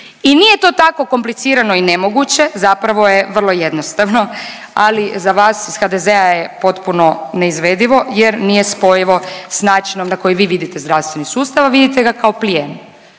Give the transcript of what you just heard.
I nije to tako komplicirano i nemoguće zapravo je vrlo jednostavno, ali za vas iz HDZ-a je potpuno neizvedivo jer nije spojivo s načinom na koji vi vidite zdravstveni sustav, a vidite ga kao plijen